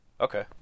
Okay